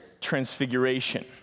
transfiguration